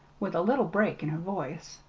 with a little break in her voice.